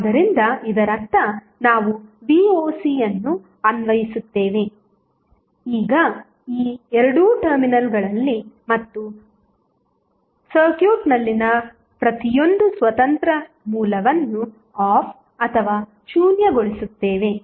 ಆದ್ದರಿಂದ ಇದರರ್ಥ ನಾವು voc ಅನ್ನು ಅನ್ವಯಿಸುತ್ತೇವೆ ಈ 2 ಟರ್ಮಿನಲ್ಗಳಲ್ಲಿಮತ್ತು ನೆಟ್ವರ್ಕ್ನಲ್ಲಿನ ಪ್ರತಿಯೊಂದು ಸ್ವತಂತ್ರ ಮೂಲವನ್ನು ಆಫ್ ಅಥವಾ ಶೂನ್ಯಗೊಳಿಸುತ್ತೇವೆ